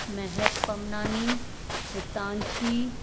मेहक Pamnani हितांशी